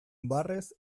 barrez